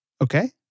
Okay